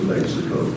Mexico